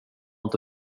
inte